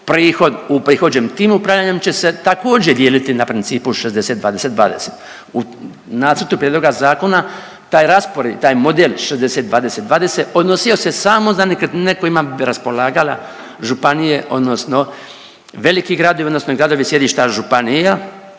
prihod uprihođen tim upravljanjem će se također, dijeliti na principu 60-20-20. U nacrtu prijedloga zakona taj raspored i taj model 60-20-20 odnosio se samo za nekretnine kojima bi raspolagala županije odnosno veliki gradovi odnosno gradovi i sjedišta županija,